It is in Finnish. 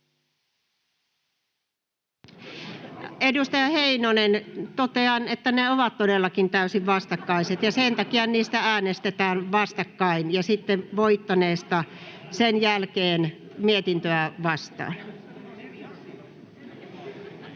Edustaja Heinonen, totean, että ne ovat todellakin täysin vastakkaiset ja sen takia niistä äänestetään vastakkain ja sitten sen jälkeen voittaneesta mietintöä vastaan.